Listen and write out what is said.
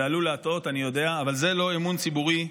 זה עלול להטעות, אני יודע, אבל זה לא אמון ציבורי,